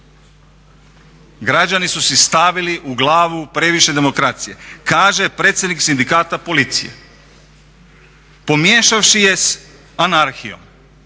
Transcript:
građani su si stavili u glavu previše demokracije kaže predsjednik sindikata policije pomiješavši je sa anarhijom,